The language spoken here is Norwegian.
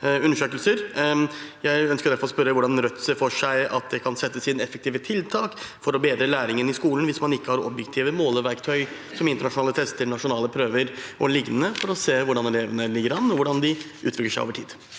Jeg ønsker derfor å spørre hvordan Rødt ser for seg at det kan settes inn effektive tiltak for å bedre læringen i skolen hvis man ikke har objektive måleverktøy, som internasjonale tester, nasjonale prøver og lignende, for å se hvordan elevene ligger an, og hvordan de utvikler seg over tid.